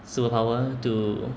superpower to